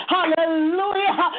Hallelujah